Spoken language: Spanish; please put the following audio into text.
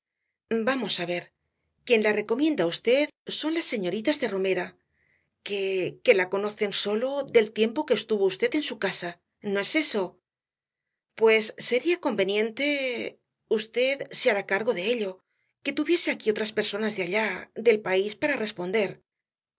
vamos á ver quien la recomienda á v son las señoritas de romera que que la conocen sólo del tiempo que estuvo en su casa no es eso pues sería conveniente v se hará cargo de ello que tuviese aquí otras personas de allá del país para responder